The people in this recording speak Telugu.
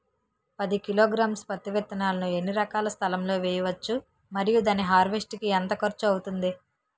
పది కిలోగ్రామ్స్ పత్తి విత్తనాలను ఎన్ని ఎకరాల స్థలం లొ వేయవచ్చు? మరియు దాని హార్వెస్ట్ కి ఎంత ఖర్చు అవుతుంది?